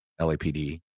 LAPD